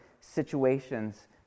situations